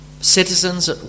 citizens